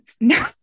No